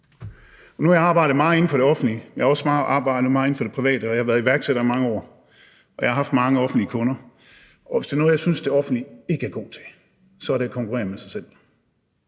Nu har jeg arbejdet meget inden for det offentlige, men jeg har også arbejdet meget inden for det private, og jeg har været iværksætter i mange år, og jeg har haft mange offentlige kunder, og hvis der er noget, jeg synes det offentlige ikke er god til, så er det at konkurrere med sig selv.